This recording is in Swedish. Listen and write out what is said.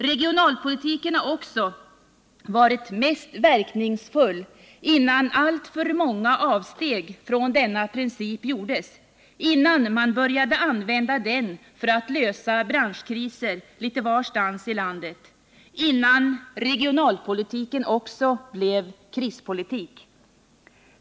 Regionalpolitiken har också varit mest verkningsfull innan alltför många avsteg från denna princip gjordes, innan man började använda den för att lösa branschkriser litet varstans i landet, innan regionalpolitiken också blev ”krispolitik”.